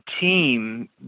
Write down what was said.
team